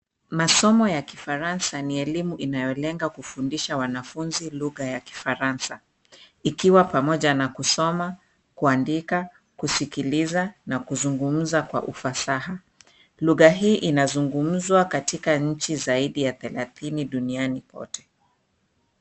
Masomo ya kifaransa ni elimu inayolenga kufundisha wanafunzi lugha ya kifaransa, ikiwa pamoja na kusoma ,kuandika, kusikiliza na kuzungumza kwa ufasaha ,lugha hii inazungumzwa katika nchi zaidi ya thelathini duniani kote.